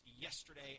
yesterday